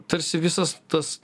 tarsi visas tas